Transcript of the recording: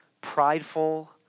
prideful